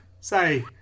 say